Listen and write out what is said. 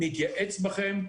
נתייעץ בכם,